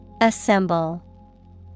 Assemble